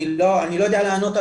אני לא יודע לענות,